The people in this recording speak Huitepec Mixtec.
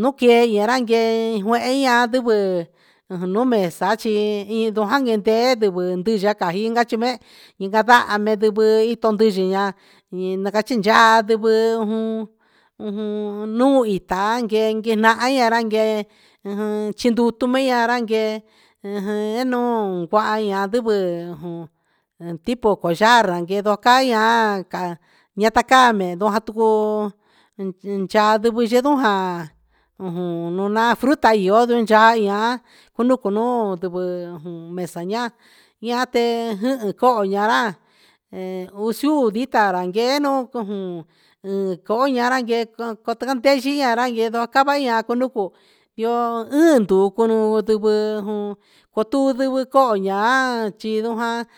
nduekei anrakei kuein ña'a duku jan no xa'a chi'i edunkan ndiken ndú nguen nduyaka inka chime'e inka kadame tungui itonduyii ña'a iin ya'a kanchin ya'a ndungui he jum, nuu itán ngué inki ña'i anranke ujun xhin ndutu iin ña'a ñanke ujun hé no'on kuanña ndivee jun he tipo coyar ha kedo kai han ka ñatakame tuku in cha tukuyindoya'a, ujum nuna fruta ihó, nduya'a ihá kudukunuu nduvee jun ndexaña'a, ñate jun koña'a nara'a he uxuu unrita nrakeno ujum un he ko'o ñanrake kotanteyi anranye ndoakaña kunduko, yo'o un ndukuno kuduvo jun otu ndivii ko'ña jan yindojan.